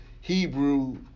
Hebrew